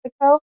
Mexico